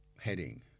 heading